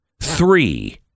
three